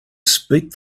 speak